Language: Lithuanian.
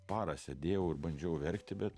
parą sėdėjau ir bandžiau verkti bet